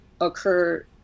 occur